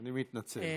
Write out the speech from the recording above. אני מתנצל.